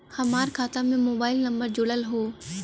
हमार खाता में मोबाइल नम्बर जुड़ल हो?